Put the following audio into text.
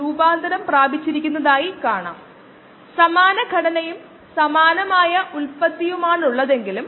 കൂടാതെ താപനില കൂടുന്നതിനനുസരിച്ച് കുറയുന്നു നമ്മൾ പറഞ്ഞു